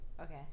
Okay